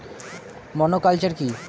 Monoculture কি?